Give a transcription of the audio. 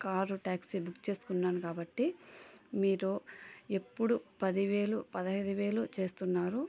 car taxi book చేసుకుంటున్నాను కాబట్టి మీతో ఎప్పుడు పది వేలు పదైదు వేలు చేస్తున్నారు